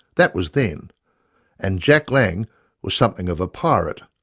that was then and jack lang was something of a pirate!